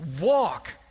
walk